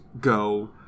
go